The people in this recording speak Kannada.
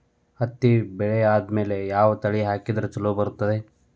ಹತ್ತಿ ಬೆಳೆ ಆದ್ಮೇಲ ಯಾವ ಬೆಳಿ ಹಾಕಿದ್ರ ಛಲೋ ಬರುತ್ತದೆ?